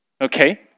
Okay